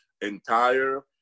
entire